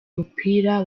umupira